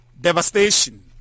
devastation